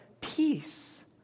peace